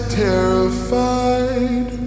terrified